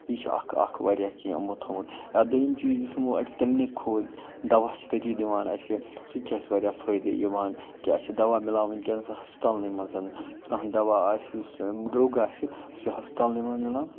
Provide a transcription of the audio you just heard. یہِ چھِ اَکھ اَکھ وارِیاہ کیٚنٛہہ یِمو تھُومُت یا دۄیِم چیٖز یُس یِمو اَتہِ کلنِک کھولۍ دَوہ چھِ تٔتی دِوان اَسہِ سُہ تہِ چھُ اَسہِ وارِیاہ فٲیدٕ یِوان کہِ اَسہِ چھُ دَوا مِلان وُنکٮ۪نس ہسپتلانٕے منٛز کانٛہہ دَوا اَسہِ یُس درٛوگ اَسہِ سُہ چھُ ہسپِتالنٕے منٛز مِلان